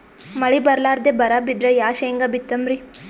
ಮಳಿ ಬರ್ಲಾದೆ ಬರಾ ಬಿದ್ರ ಯಾ ಶೇಂಗಾ ಬಿತ್ತಮ್ರೀ?